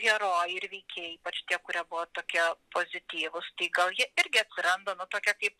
herojai ir veikėjai ypač tie kurie buvo tokie pozityvūs tai gal jie irgi atsiranda nu tokie kaip